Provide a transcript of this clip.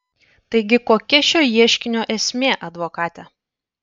taigi kokia šio ieškinio esmė advokate